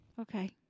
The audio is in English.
Okay